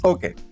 Okay